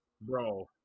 bro